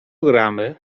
gramy